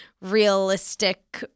realistic